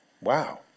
Wow